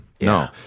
No